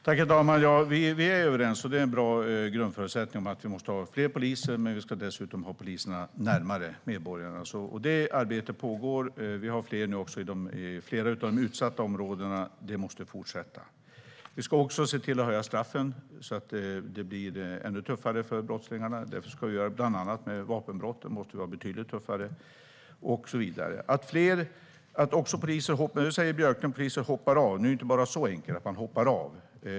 Herr talman! Vi är överens, vilket är en bra grundförutsättning, om att vi måste ha fler poliser och att vi dessutom ska ha poliserna närmare medborgarna. Det är ett arbete som pågår, och vi har nu fler poliser i flera av de utsatta områdena, och det måste fortsätta. Vi ska också se till att höja straffen för bland annat vapenbrott så att det blir ännu tuffare för brottslingarna. Björklund säger att poliser hoppar av. Men det är inte bara så enkelt att man hoppar av.